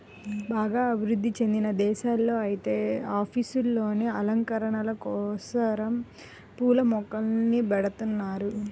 బాగా అభివృధ్ధి చెందిన దేశాల్లో ఐతే ఆఫీసుల్లోనే అలంకరణల కోసరం పూల మొక్కల్ని బెడతన్నారు